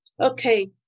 okay